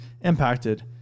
impacted